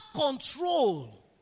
control